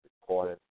recorded